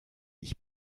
ich